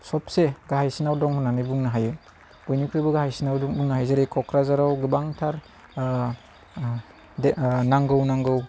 सबसे गाहायसिनाव दं होननानै बुंनो हायो बयनिख्रुइबो गाहायसिनाव दं होननानै बुंनो हायो जेरै क'क्राझाराव गोबांथार नांगौ नांगौ